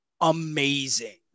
amazing